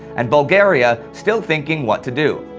and bulgaria still thinking what to do.